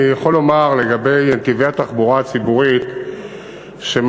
אני יכול לומר לגבי נתיבי התחבורה הציבורית שמטרתם